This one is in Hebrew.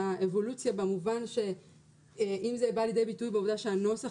אבולוציה במובן שאם זה בא לידי ביטוי בעובדה שהנוסח